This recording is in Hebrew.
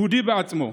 יהודי בעצמו.